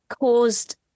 caused